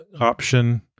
option